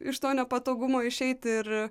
iš to nepatogumo išeit ir